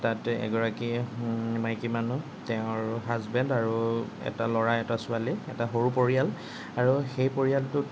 তাতে এগৰাকী মাইকী মানুহ তেওঁৰ হাজবেণ্ড আৰু এটা ল'ৰা আৰু এটা ছোৱালী এটা সৰু পৰিয়াল আৰু সেই পৰিয়ালটোত